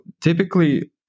typically